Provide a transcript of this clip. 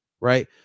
Right